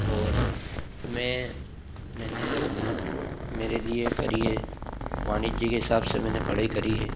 और मैं मैंने मेरे लिए करी है वाणिज्य के हिसाब से मैंने पढ़ाई करी है